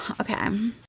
Okay